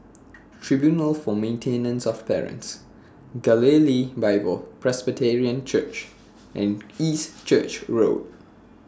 Tribunal For Maintenance of Parents Galilee Bible Presbyterian Church and East Church Road